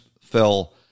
fell